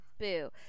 boo